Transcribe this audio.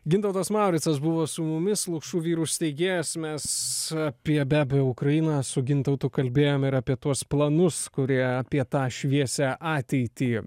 gintautas mauricas buvo su mumis lukšų vyrų steigėjas mes apie be abejo ukrainą su gintautu kalbėjom ir apie tuos planus kurie apie tą šviesią ateitį